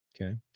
Okay